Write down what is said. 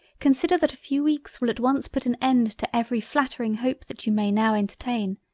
consider that a few weeks will at once put an end to every flattering hope that you may now entertain,